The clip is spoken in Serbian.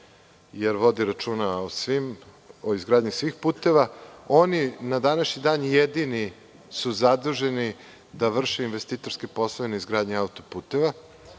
jer vodi računa o izgradnji svih puteva. Oni su na današnji dan jedini zaduženi da vrše investitorske poslove na izgradnji auto-puteva.